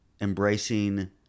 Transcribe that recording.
Embracing